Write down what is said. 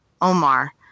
Omar